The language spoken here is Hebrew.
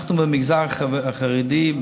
אנחנו במגזר החרדי,